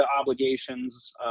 obligations